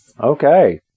Okay